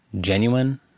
genuine